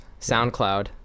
SoundCloud